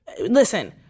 Listen